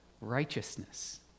righteousness